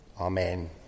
Amen